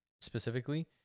Specifically